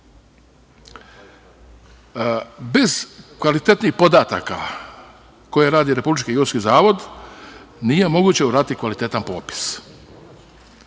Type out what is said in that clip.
kvalitetnih podataka, koje radi Republički geodetski zavod, nije moguće uraditi kvalitetan popis.